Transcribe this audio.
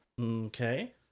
Okay